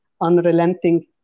unrelenting